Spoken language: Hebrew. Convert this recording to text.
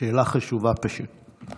שאלה חשובה, פשוט.